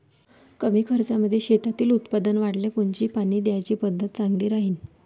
कमी खर्चामंदी शेतातलं उत्पादन वाढाले कोनची पानी द्याची पद्धत चांगली राहीन?